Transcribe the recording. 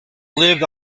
lived